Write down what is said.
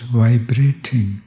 vibrating